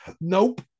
nope